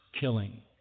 killing